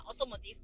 automotive